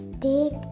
take